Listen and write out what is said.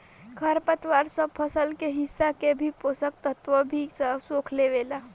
खर पतवार सब फसल के हिस्सा के भी पोषक तत्व भी सोख लेवेला